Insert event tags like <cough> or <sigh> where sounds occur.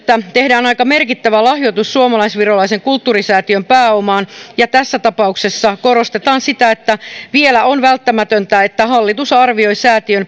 tehdään aika merkittävä lahjoitus suomalais virolaisen kulttuurisäätiön pääomaan ja tässä tapauksessa korostetaan sitä että vielä on välttämätöntä että hallitus arvioi säätiön <unintelligible>